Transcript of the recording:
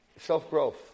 self-growth